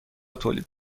تولید